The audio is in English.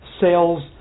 sales